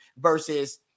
versus